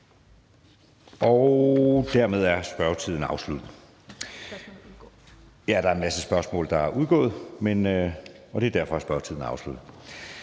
Dermed er spørgetiden afsluttet. Der er en masse spørgsmål, der er udgået, og derfor er spørgetiden afsluttet.